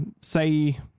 say